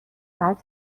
باید